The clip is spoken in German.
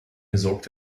gesorgt